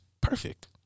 perfect